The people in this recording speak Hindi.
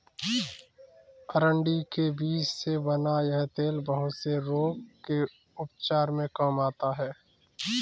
अरंडी के बीज से बना यह तेल बहुत से रोग के उपचार में काम आता है